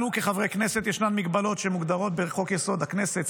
לנו כחברי כנסת יש מגבלות שמוגדרות בחוק-יסוד: הכנסת,